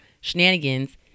shenanigans